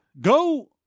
Go